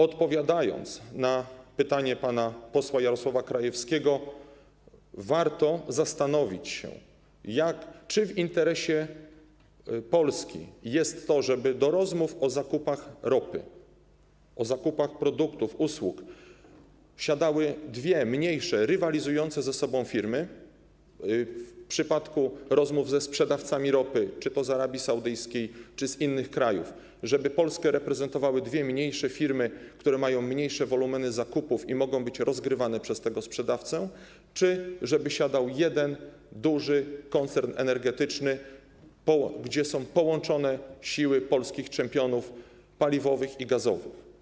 Odpowiadając na pytanie pana posła Jarosława Krajewskiego, warto zastanowić się, czy w interesie polskim jest to, żeby do rozmów o zakupach ropy, o zakupach produktów, usług siadały dwie mniejsze, rywalizujące ze sobą firmy, w przypadku rozmów ze sprzedawcami ropy czy to z Arabii Saudyjskiej, czy z innych krajów, żeby Polskę reprezentowały dwie mniejsze firmy, które mają mniejsze wolumeny zakupów i mogą być rozgrywane przez tego sprzedawcę, czy żeby siadał jeden duży koncern energetyczny, w którym połączone są siły polskich czempionów paliwowych i gazowych.